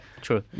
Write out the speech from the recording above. true